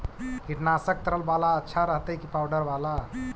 कीटनाशक तरल बाला अच्छा रहतै कि पाउडर बाला?